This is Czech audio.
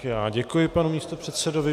Já děkuji panu místopředsedovi.